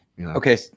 Okay